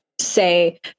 say